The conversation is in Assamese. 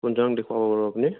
কোনজনক দেখুৱাব বাৰু আপুনি